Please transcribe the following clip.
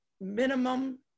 minimum